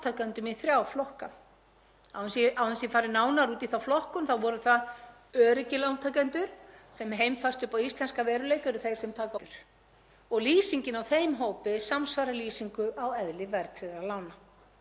og lýsingin á þeim hópi samsvarar lýsingu á eðli verðtryggðra lána. Niðurstaða Minskys var: „Því hærra sem hlutfall Ponzi- og spákaupmennskulántakenda er í hagkerfinu